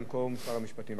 במקום שר המשפטים יעקב נאמן,